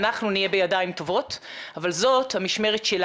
זקוקים לשגרה הזאת על מנת למצות את היכולות שלנו